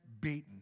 beaten